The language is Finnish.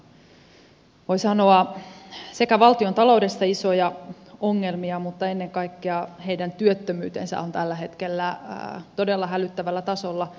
heillä on oikeastaan voi sanoa valtiontaloudessa isoja ongelmia mutta ennen kaikkea heidän työttömyytensä on tällä hetkellä todella hälyttävällä tasolla